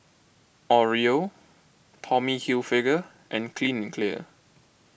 Oreo Tommy Hilfiger and Clean and Clear